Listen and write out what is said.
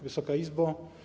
Wysoka Izbo!